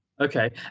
Okay